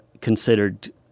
considered